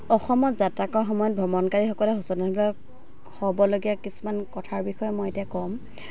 অসমত যাত্ৰা কৰাৰ সময়ত ভ্ৰমণকাৰীসকলে সচেতন হ'বলগীয়া কিছুমান কথাৰ বিষয়ে মই এতিয়া ক'ম